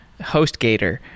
HostGator